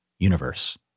universe